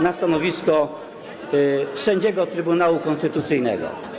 na stanowisko sędziego Trybunału Konstytucyjnego.